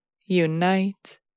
unite